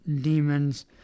demons